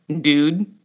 dude